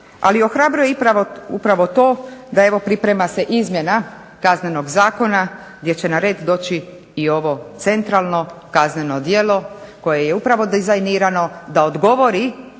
Ali ohrabruje upravo to da se priprema izmjena Kaznenog zakona gdje će na red doći i ovo centralno kazneno djelo koje je upravo dizajnirano da odgovori